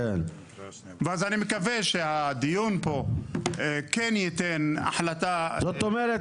אני מקווה שהדיון פה כן ייתן החלטה --- זאת אומרת,